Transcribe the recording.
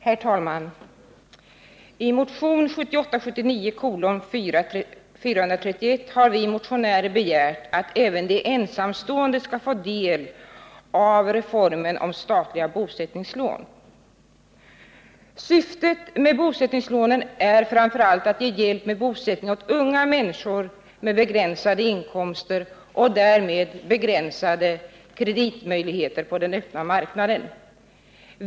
Herr talman! I motionen 1978/79:431 har vi motionärer begärt att även de ensamstående skall få del av reformen när det gäller statliga bosättningslån. Syftet med bosättningslånen är framför allt att ge hjälp med bosättningen åt unga människor med begränsade inkomster och därmed begränsade kreditmöjligheter på den öppna marknaden.